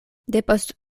depost